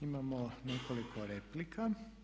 Imamo nekoliko replika.